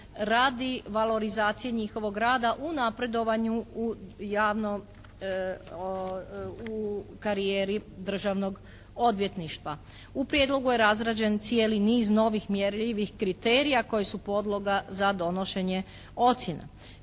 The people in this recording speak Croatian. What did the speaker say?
radi valorizacije njihovog rada u napredovanju u javnom, u karijeri Državnog odvjetništva. U prijedlogu je razrađen cijelu niz novih mjerljivih kriterija koji su podloga za donošenje ocjena.